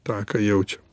tą ką jaučiam